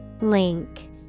Link